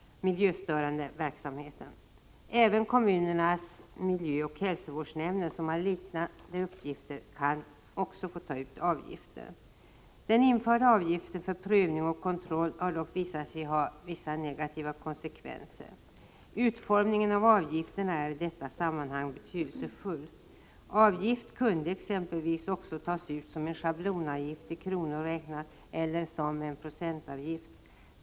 Även kommunernas miljöoch hälsovårdsnämnder, som har liknande uppgifter, får ta ut avgifter. Den införda avgiften för prövning och kontroll har dock visat sig ha negativa konsekvenser. Utformningen av avgifterna är i detta sammanhang betydelsefull. Avgift kunde exempelvis tas ut som en schablonavgift i kronor räknat eller som en procentavgift.